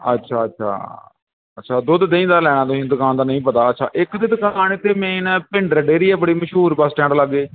ਅੱਛਾ ਅੱਛਾ ਅੱਛਾ ਦੁੱਧ ਦਹੀਂ ਦਾ ਲੈਣਾ ਤੁਸੀਂ ਦੁਕਾਨਦਾਰ ਨਹੀਂ ਪਤਾ ਅੱਛਾ ਇੱਕ ਤਾਂ ਦੁਕਾਨ ਇੱਥੇ ਮੇਨ ਆ ਭਿੰਡਰ ਡੇਰੀ ਆ ਬੜੀ ਮਸ਼ਹੂਰ ਬਸ ਸਟੈਂਡ ਲਾਗੇ